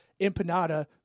Empanada